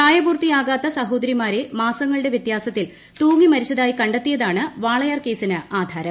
പ്രായപൂർത്തിയാകാത്ത സ്യഹോദിരിമാരെ മാസങ്ങളുടെ വ്യത്യാസത്തിൽ തൂങ്ങിമരിച്ചത്രായി കണ്ടെത്തിയതാണ് വാളയാർ കേസിന് ആധാരം